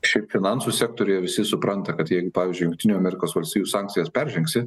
šiaip finansų sektoriuje visi supranta kad jeigu pavyzdžiui jungtinių amerikos valstijų sankcijas peržengsi